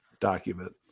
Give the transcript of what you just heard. document